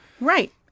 Right